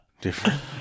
different